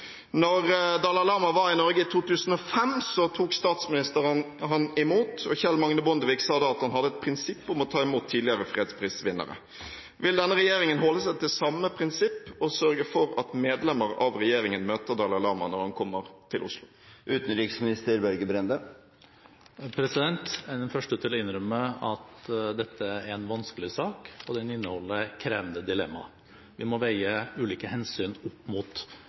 var i Norge i 2005, tok statsministeren imot ham. Kjell Magne Bondevik sa da at han hadde et prinsipp om å ta imot tidligere fredsprisvinnere. Vil denne regjeringen holde seg til samme prinsipp og sørge for at medlemmer av regjeringen møter Dalai Lama når han kommer til Oslo? Jeg er den første til å innrømme at dette er en vanskelig sak, og den inneholder krevende dilemmaer. Vi må veie ulike hensyn opp mot